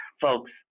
folks